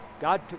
God